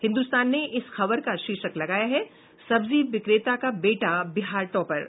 हिन्दुस्तान ने इस खबर का शीर्षक लगाया है सब्जी बिक्रेता का बेटा बिहार टॉपर